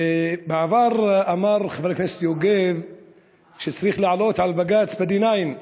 בעבר אמר חבר הכנסת יוגב שצריך לעלות על בג"ץ ב-9D,